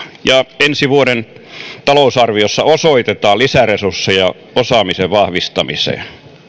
ja ensi vuoden talousarviossa osoitetaan lisäresursseja osaamisen vahvistamiseen